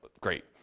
great